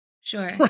Sure